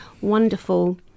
wonderful